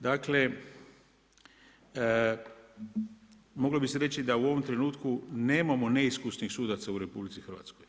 Dakle, moglo bi se reći da u ovom trenutku nemamo neiskusnih sudaca u RH.